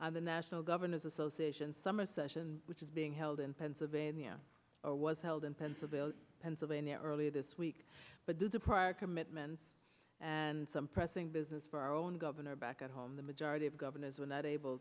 on the national governors association summer session which is being held in pennsylvania or was held in pencil bill pennsylvania earlier this week but to the prior commitments and some pressing business for our own governor back at home the majority of governors were not able